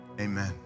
Amen